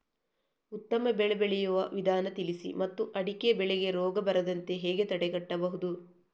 ಉತ್ತಮ ಬೆಳೆ ಬೆಳೆಯುವ ವಿಧಾನ ತಿಳಿಸಿ ಮತ್ತು ಅಡಿಕೆ ಬೆಳೆಗೆ ರೋಗ ಬರದಂತೆ ಹೇಗೆ ತಡೆಗಟ್ಟಬಹುದು?